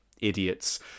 idiots